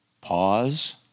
Pause